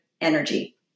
energy